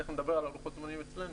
תכף נדבר על לוחות הזמנים אצלנו.